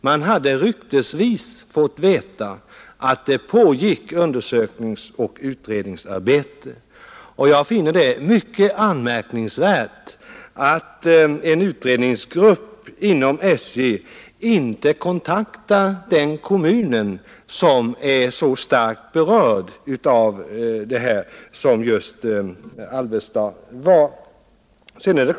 Man hade ryktesvis fått veta att det pågick undersökningsoch utredningsarbete, och jag finner det mycket anmärkningsvärt att en utredningsgrupp inom SJ inte kontaktade den kommun som är så starkt berörd av denna fråga som just Alvesta var.